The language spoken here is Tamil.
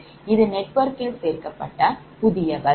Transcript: இது நெட்வொர்க்கில் சேர்க்கப்பட்ட புதிய bus